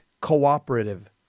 cooperative